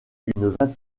vingtaine